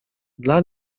dla